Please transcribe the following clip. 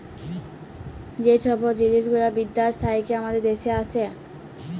যে ছব জিলিস গুলা বিদ্যাস থ্যাইকে আমাদের দ্যাশে আসে